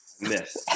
miss